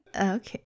okay